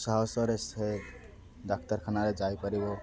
ସାହସରେ ସେ ଡାକ୍ତରଖାନାରେ ଯାଇପାରିବ